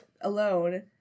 alone